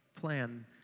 plan